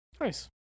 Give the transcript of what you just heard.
Nice